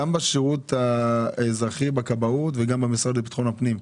גם בשירות האזרחי בכבאות וגם במשרד לביטחון הפנים,